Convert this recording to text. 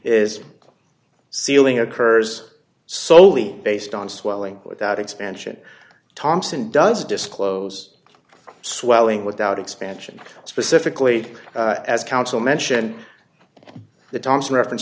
is sealing occurs solely based on swelling without expansion thompson does disclose swelling without expansion specifically as counsel mention the thompson reference